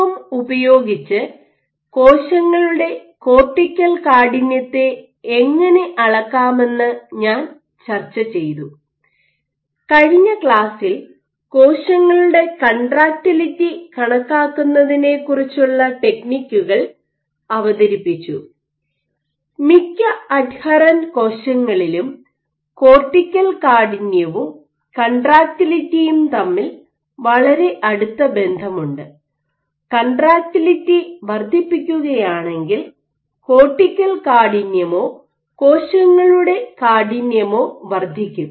M ഉപയോഗിച്ച് കോശങ്ങളുടെ cortical കാഠിന്യത്തെ എങ്ങനെ അളക്കാമെന്ന് ഞാൻ ചർച്ച ചെയ്തു കഴിഞ്ഞ ക്ലാസ്സിൽ കോശങ്ങളുടെ കൺട്രാക്റ്റിലിറ്റി കണക്കാക്കുന്നതിനെക്കുറിച്ചുള്ള ടെക്നിക്കുകൾ അവതരിപ്പിച്ചു മിക്ക അഡ്ഹറൻറ്റ് കോശതരങ്ങളിലും കോർട്ടിക്കൽ കാഠിന്യവും കൺട്രാക്റ്റിലിറ്റിയും തമ്മിൽ വളരെ അടുത്ത ബന്ധമുണ്ട് കൺട്രാക്റ്റിലിറ്റി വർദ്ധിപ്പിക്കുകയാണെങ്കിൽ കോർട്ടിക്കൽ കാഠിന്യമോ കോശങ്ങളുടെ കാഠിന്യമോ വർദ്ധിക്കും